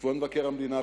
כבוד מבקר המדינה,